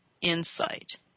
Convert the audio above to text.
insight